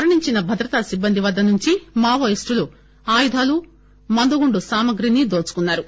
మరణించిన భద్రతాసిబ్బంది వద్ద నుంచి మావోయిస్టులు ఆయుధాలు మందుగుండు సామాగ్రిని దోచుకున్నారు